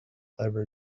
ever